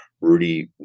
Rudy